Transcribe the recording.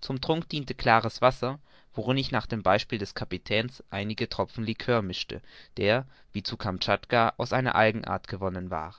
zum trunk diente klares wasser worin ich nach dem beispiel des kapitäns einige tropfen liqueur mischte der wie zu kamtschatka aus einer algenart gewonnen war